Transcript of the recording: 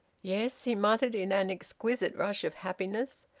yes! he muttered, in an exquisite rush of happiness.